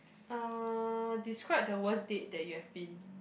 uh describe the worst date that you have been